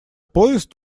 поезд